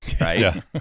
right